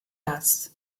das